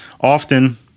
often